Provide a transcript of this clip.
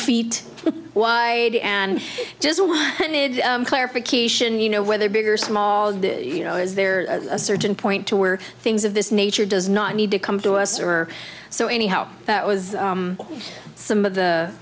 feet wide and just one clarification you know whether big or small do you know is there a certain point to where things of this nature does not need to come to us or so anyhow that was some of the